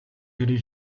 ирнэ